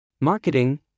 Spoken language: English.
marketing